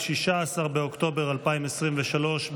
16 באוקטובר 2023,